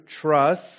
trust